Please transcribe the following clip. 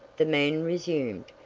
the man resumed.